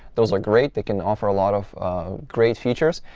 those are great. they can offer a lot of great features.